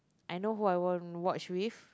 I know who I want watch with